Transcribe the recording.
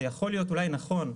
זה יכול להיות אולי נכון,